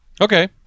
okay